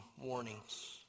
warnings